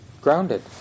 grounded